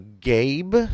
Gabe